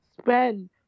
spend